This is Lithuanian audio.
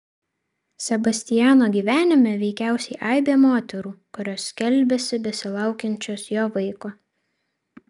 sebastiano gyvenime veikiausiai aibė moterų kurios skelbiasi besilaukiančios jo vaiko